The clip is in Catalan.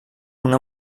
una